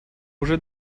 уже